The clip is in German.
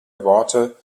worte